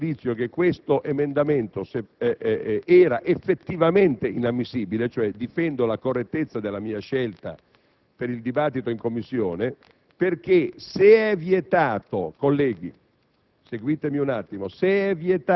È fuori discussione, a mio giudizio, che questo emendamento fosse effettivamente inammissibile (difendo quindi la correttezza della mia scelta per il dibattito in Commissione), perché, se è vietato iscrivere